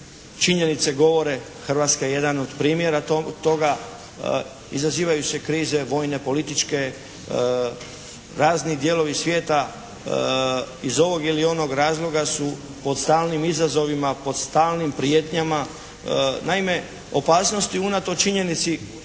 činjenice govore, Hrvatska je jedan od primjera toga, izazivaju se krize vojne, političke, razni dijelovi svijeta iz ovog ili onog razloga su pod stalnim izazovima, pod stalnim prijetnjama. Naime opasnosti unatoč činjenici, a